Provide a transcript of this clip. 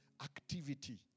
activity